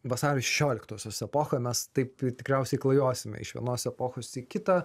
vasario šešioliktosios epochą mes taip tikriausiai klajosime iš vienos epochos į kitą